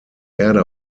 erde